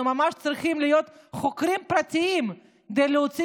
אנחנו ממש צריכים להיות חוקרים פרטיים כדי להוציא